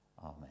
Amen